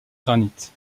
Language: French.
granite